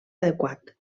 adequat